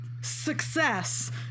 success